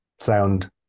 Sound